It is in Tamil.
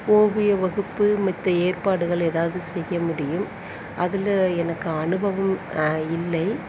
ஓவிய வகுப்பு மித்த ஏற்பாடுகள் எதாவது செய்ய முடியும் அதில் எனக்கு அனுபவம் இல்லை